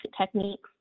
techniques